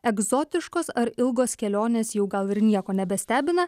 egzotiškos ar ilgos kelionės jau gal ir nieko nebestebina